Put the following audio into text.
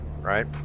right